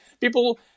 people